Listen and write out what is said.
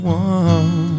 one